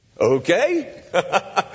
Okay